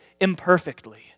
imperfectly